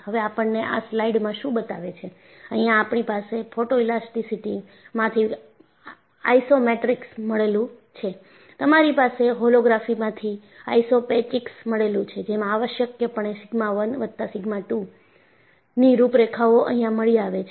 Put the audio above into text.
હવે આપણને આ સ્લાઇડમાં શું બતાવે છે અહિયાં આપણી પાસે ફોટોઇલાસ્ટીસીટીમાંથી આઇસોક્રોમેટિક્સ મળેલુ છે તમારી પાસે હોલોગ્રાફી માંથી આઇસોપેચિક્સ મળેલુ છે જેમાં આવશ્યકપણે સિગ્મા 1 વત્તા સિગ્મા 2 ની રૂપરેખાઓ અહિયાં મળી આવે છે